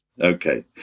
Okay